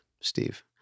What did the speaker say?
Steve